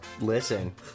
listen